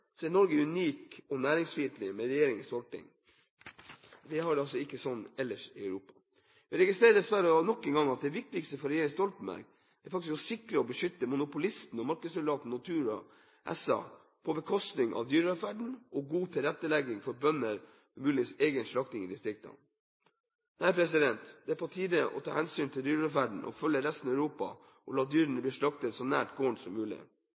er Norge med regjeringens tolkning unikt og næringsfiendtlig. De har det ikke sånn ellers i Europa. Vi registrerer dessverre nok en gang at det viktigste for regjeringen Stoltenberg er å sikre og beskytte monopolisten og markedsregulatoren Nortura SA på bekostning av dyrevelferden og god tilrettelegging av bønders mulighet for egen slakting i distriktene. Det er på tide å ta hensyn til dyrevelferden og følge resten av Europa og la dyrene bli slaktet så nært gården som mulig.